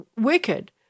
wicked